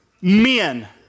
Men